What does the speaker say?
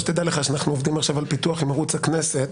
שתדע לך שאנחנו עובדים עכשיו על פיתוח עם ערוץ הכנסת